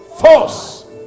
force